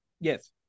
Yes